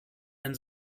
ein